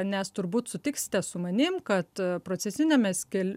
nes turbūt sutiksite su manim kad procesiniame skel